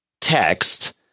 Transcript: text